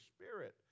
Spirit